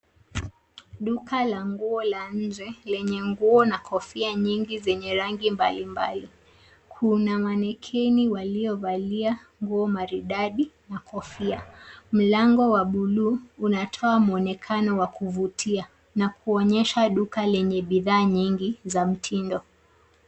Duka la nguo la nje lenye nguo na kofia nyingi zenye rangi mbalimbali. Kuna manikeni waliovalia nguo maridadi na kofia. Mlango wa buluu unatoa mwonekano wa kuvutia na kuonyesha duka lenye bidhaa nyingi za mtindo.